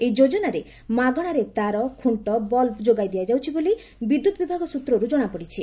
ଏହି ଯୋଜନାରେ ମାଗଶାରେ ତାର ଖୁକ୍ଷ ବଲ୍ବ ଯୋଗାଇ ଦିଆଯାଉଛି ବୋଲି ବିଦ୍ୟୁତ୍ ବିଭାଗ ସୂତ୍ରରୁ ଜଶାପଡ଼ିଛି